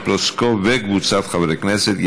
טלי פלוסקוב וקבוצת חברי הכנסת.